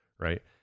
right